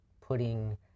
putting